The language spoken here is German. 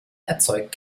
erzeugt